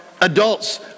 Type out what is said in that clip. adults